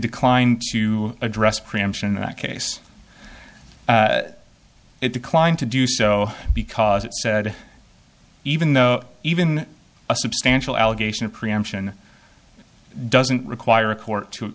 declined to address preemption case it declined to do so because it said even though even a substantial allegation of preemption doesn't require a court to